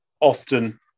often